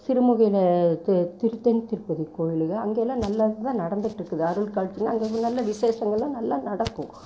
சிறுமுகையில் திருத்தன் திருப்பதி கோயிலுகள் அங்கெல்லாம் நல்லது தான் நடந்துகிட்டு இருக்குது அருள் காட்டினா அங்கே நல்ல விஷேசங்களெல்லாம் நல்லா நடக்கும்